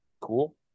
cool